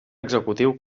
executiu